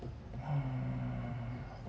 um